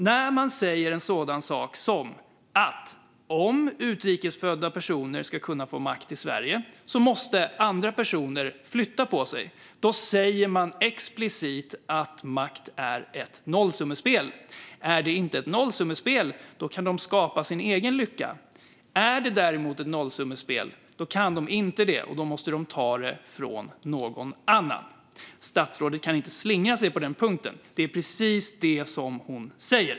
När man säger en sådan sak som att om utrikes födda personer ska få makt i Sverige måste andra personer flytta på sig, då säger man explicit att makt är ett nollsummespel. Om det inte är ett nollsummespel kan de skapa sin egen lycka. Om det däremot är ett nollsummespel kan de inte göra så, och då måste de ta den från någon annan. Statsrådet kan inte slingra sig på den punkten. Det är precis det hon säger.